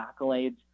accolades